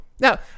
Now